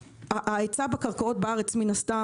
ההיצע בקרקעות בארץ מן הסתם,